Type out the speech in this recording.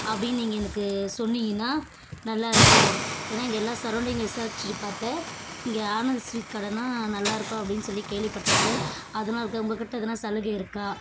அப்படின்னு நீங்கள் எனக்கு சொன்னிங்கன்னால் நல்லா இருக்கும் ஏன்னா இங்கே எல்லா சரவுண்டிங்ல விசாரிச்சு பார்த்தேன் இங்கே ஆனந்து ஸ்வீட் கடன்னால் நல்லா இருக்கும் அப்படின்னு சொல்லி கேள்விப்பட்டேன் சார் அதனால்தான் உங்க கிட்ட எதன்னால் சலுகை இருக்கா